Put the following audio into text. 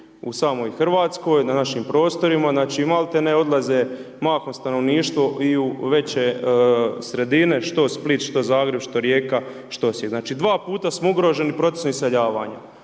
u samoj Hrvatskoj, na našim prostorima, znači malti ne odlaze mahom stanovništvo i u veće sredine što Split, što Zagreb … što Rijeka, što…/Govornik se ne razumije/… Znači, dva puta smo ugroženi procesom iseljavanja.